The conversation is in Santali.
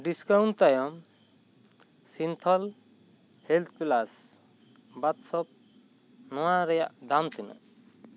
ᱰᱤᱥᱠᱟᱣᱩᱱᱴ ᱛᱟᱭᱚᱢ Cinthol health plus bath soap ᱱᱚᱣᱟ ᱨᱮᱭᱟᱜ ᱫᱟᱢ ᱛᱤᱱᱟ ᱜ